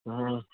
ہاں